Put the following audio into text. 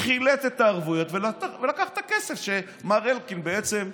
חילט את הערבויות ולקח את הכסף שמר אלקין בעצם לקח.